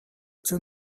two